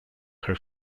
her